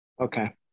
Okay